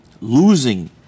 losing